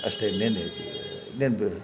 ಅಷ್ಟೆ ಇನ್ನೇನು ಇನ್ನೇನು